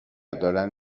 دارن